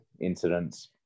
incidents